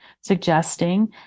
suggesting